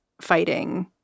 fighting